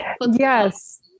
Yes